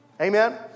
Amen